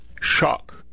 Shock